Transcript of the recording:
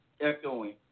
echoing